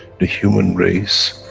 the human race,